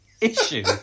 issue